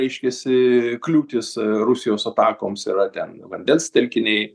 reiškiasi kliūtys rusijos atakoms yra ten vandens telkiniai